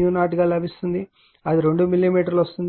0 గా లభిస్తుంది అది 2 మిల్లీమీటర్ వస్తుంది